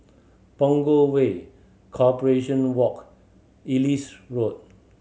Punggol Way Corporation Walk Ellis Road